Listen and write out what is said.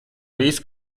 visu